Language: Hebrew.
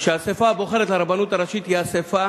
שהאספה